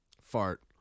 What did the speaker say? Fart